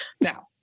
Now